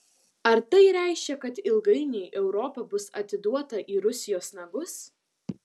ar tai reiškia kad ilgainiui europa bus atiduota į rusijos nagus